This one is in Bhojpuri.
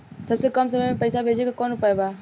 सबसे कम समय मे पैसा भेजे के कौन उपाय बा?